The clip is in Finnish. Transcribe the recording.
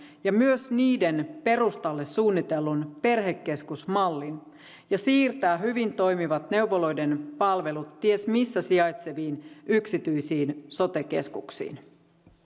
ja myös niiden perustalle suunnitellun perhekeskusmallin ja siirtää hyvin toimivat neuvoloiden palvelut ties missä sijaitseviin yksityisiin sote keskuksiin